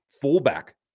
fullback